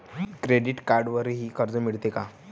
Credit कार्डवरही कर्ज मिळते का?